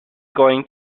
going